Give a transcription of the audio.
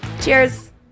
Cheers